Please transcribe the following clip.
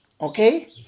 Okay